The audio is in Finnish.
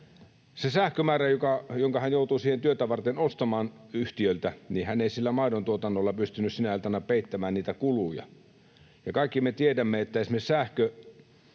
sähkömäärää, jonka hän joutui sitä työtä varten ostamaan yhtiöltä, eli hän ei sillä maidontuotannolla pystynyt sinä iltana peittämään kuluja. Kun kaikki me tiedämme, että esimerkiksi